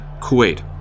Kuwait